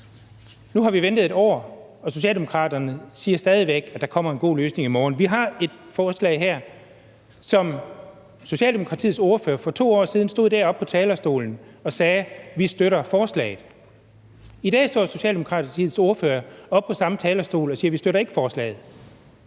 Nu har vi ventet 1 år, og Socialdemokraterne siger stadig væk, at der kommer en god løsning i morgen. Vi har et forslag her, og Socialdemokratiets ordfører stod for 2 år siden der oppe på talerstolen og sagde: Vi støtter forslaget. I dag står Socialdemokratiets ordfører på samme talerstol og siger: Vi støtter ikke forslaget.